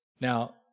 Now